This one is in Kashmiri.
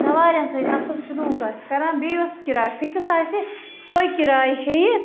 سَوارٮ۪ن سۭتۍ اَصٕل سُلوٗک آسہِ کَران بییٚہِ یۄس کِراے فِکٕس آسہِ سوے کِراے ہیٚیہِ